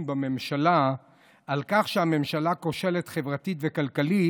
בממשלה על כך שהממשלה כושלת חברתית וכלכלית,